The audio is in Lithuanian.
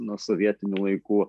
nuo sovietinių laikų